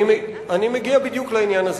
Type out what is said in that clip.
אני מגיע בדיוק לעניין הזה.